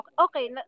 okay